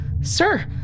Sir